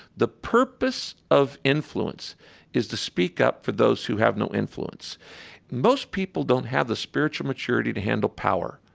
the purpose of influence is to speak up for those who have no influence most people don't have the spiritual maturity to handle power.